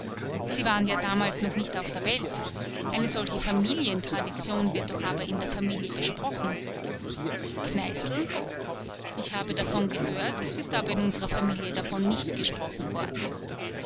sie waren ja damals noch nicht auf der welt eine solche familientradition wird doch aber in der familie besprochen kneißl ich habe davon gehört es ist aber in unserer familie davon nicht gesprochen worden